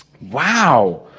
Wow